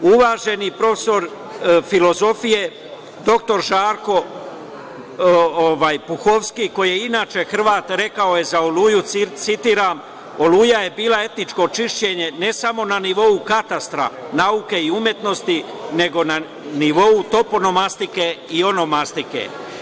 Uvaženi profesor filozofije, dr Žarko Puhovski, koji je inače Hrvat, rekao je za „Oluju“, citiram - „Oluja“ je bila etničko čišćenje ne samo na nivou katastra, nauke i umetnosti, nego na nivou toponomastike i onomastike.